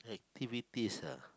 activities ah